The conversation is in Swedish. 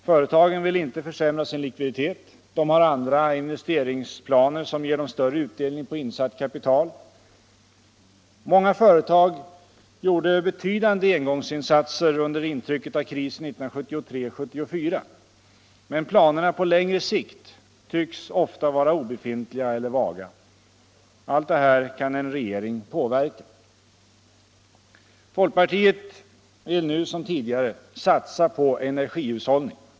Företagen vill inte försämra sin likviditet, de har andra investeringsplaner som ger dem större utdelning på insatt kapital. Många företag gjorde betydande engångsinsatser under intrycket av krisen 1973-1974, men planerna på längre sikt tycks ofta vara obefintliga eller vaga. Allt detta kan en regering påverka. Folkpartiet vill nu som tidigare satsa på energihushållning.